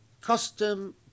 custom